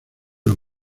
los